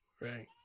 right